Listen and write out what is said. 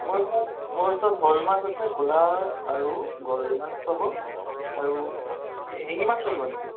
মোৰ ওচৰত মোৰ ওচৰত শ'ল মাছ আছে ক'লা আৰু গৰৈ মাছ পাব আৰু শিঙি মাছ লাগিব নেকি